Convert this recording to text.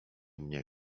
mnie